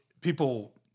people